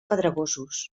pedregosos